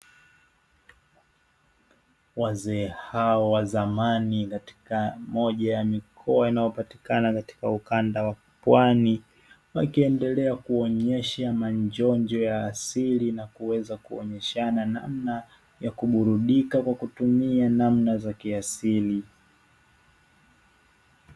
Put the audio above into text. Wazee hao wa zamani katika moja ya mikoa inayopatikana katika ukanda wa pwani wakiendelea kuonyesha manjonjo ya asili na kuweza kuonyeshana namna ya kuburudika kwa kutumia namna za kiasili.